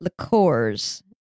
liqueurs